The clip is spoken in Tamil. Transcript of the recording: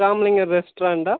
ராமலிங்கம் ரெஸ்டாரண்ட்டா